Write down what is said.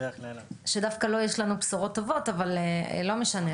דווקא לו יש לנו בשורות טובות, אבל לא משנה.